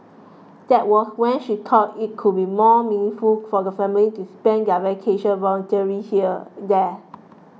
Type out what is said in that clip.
that was when she thought it would be more meaningful for the family to spend their vacation volunteering here there